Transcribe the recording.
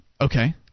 Okay